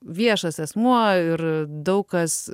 viešas asmuo ir daug kas